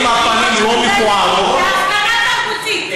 להפגנה תרבותית.